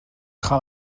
gaan